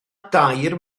dair